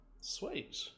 sweet